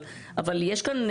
אבל יש כאן,